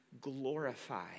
glorify